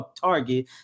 target